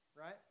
right